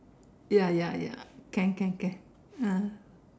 ya ya ya can can can ah